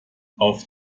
auf